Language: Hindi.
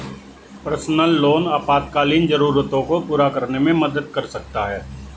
पर्सनल लोन आपातकालीन जरूरतों को पूरा करने में मदद कर सकता है